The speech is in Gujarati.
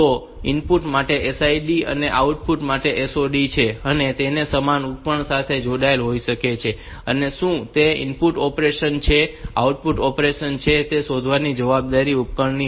તો ઇનપુટ માટે SID અને આઉટપુટ માટે SOD છે અને તેઓ સમાન ઉપકરણ સાથે જોડાયેલા હોઈ શકે છે અને શું તે ઇનપુટ ઓપરેશન છે કે આઉટપુટ ઓપરેશન છે તે શોધવાની જવાબદારી ઉપકરણની હોય છે